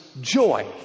joy